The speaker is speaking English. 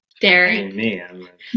Derek